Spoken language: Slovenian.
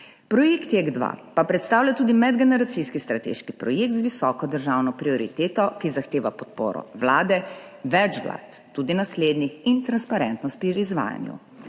Projekt JEK2 pa predstavlja tudi medgeneracijski strateški projekt z visoko državno prioriteto, ki zahteva podporo vlade, več vlad, tudi naslednjih, in transparentnost pri izvajanju.